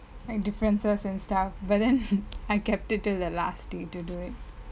like differences and stuff but then I kept it till the last day to do it